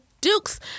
dukes